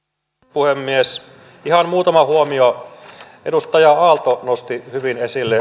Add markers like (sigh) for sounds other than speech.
puhemies ihan muutama huomio edustaja aalto nosti hyvin esille (unintelligible)